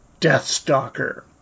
Deathstalker